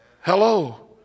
Hello